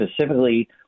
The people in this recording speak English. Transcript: specifically